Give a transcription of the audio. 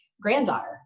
granddaughter